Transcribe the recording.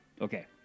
Okay